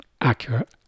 Accurate